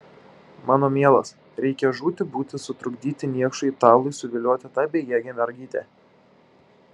mano mielas reikia žūti būti sutrukdyti niekšui italui suvilioti tą bejėgę mergytę